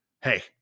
hey